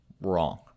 wrong